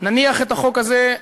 נניח את החוק הזה,